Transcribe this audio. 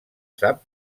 sap